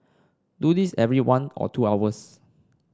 do this every one or two hours